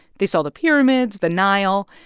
they saw the pyramids, the nile.